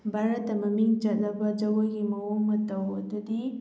ꯚꯥꯔꯠꯇ ꯃꯃꯤꯡ ꯆꯠꯂꯕ ꯖꯒꯣꯏꯒꯤ ꯃꯑꯣꯡ ꯃꯇꯧ ꯑꯗꯨꯗꯤ